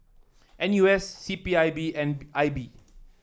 N U S C P I B and I B